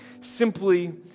simply